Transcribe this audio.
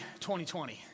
2020